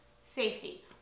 safety